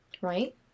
right